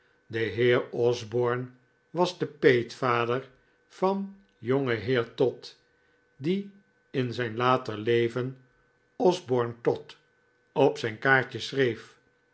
de heer osborne was de peetvader van jongeheer todd die in zijn later leven osborne todd op zijn kaartjes schreef